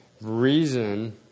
reason